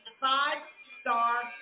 five-star